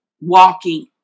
walking